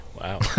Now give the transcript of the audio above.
Wow